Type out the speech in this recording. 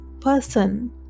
person